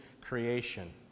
creation